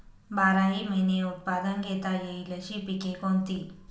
बाराही महिने उत्पादन घेता येईल अशी पिके कोणती?